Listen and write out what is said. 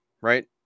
right